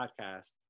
podcast